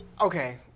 okay